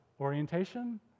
orientation